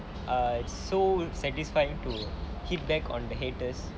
err so satisfying to hit back on the haters